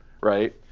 right